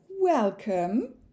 welcome